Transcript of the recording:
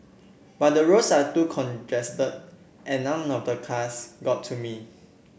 but the roads are too congested and none of the cars got to me